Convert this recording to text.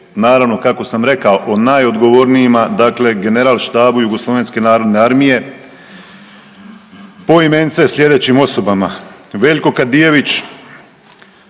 naravno kako sam rekao o najodgovornijima, dakle general Štabo JNA poimence slijedećim osobama, Veljko Kadijević